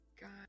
God